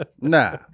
Nah